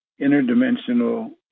interdimensional